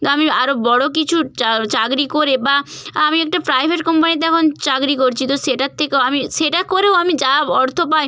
আমি আরো বড় কিছু চাকরি করে বা আমি একটা প্রাইভেট কোম্পানিতে এখন চাকরি করছি তো সেটার থেকেও আমি সেটা করেও আমি যা অর্থ পাই